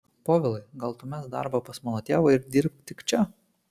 povilai gal tu mesk darbą pas mano tėvą ir dirbk tik čia